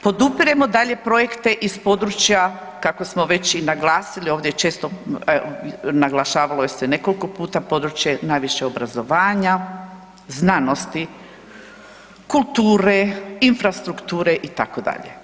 Podupiremo i dalje projekte iz područja kako smo već i naglasili, ovdje se često naglašavalo nekoliko puta, područje najviše obrazovanja, znanosti, kulture, infrastrukture itd.